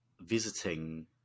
visiting